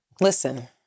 Listen